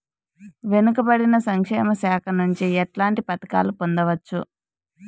వెనుక పడిన సంక్షేమ శాఖ నుంచి ఎట్లాంటి పథకాలు పొందవచ్చు?